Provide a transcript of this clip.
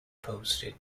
posted